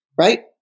right